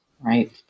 right